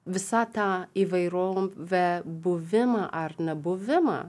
visą tą įvairovę buvimą ar nebuvimą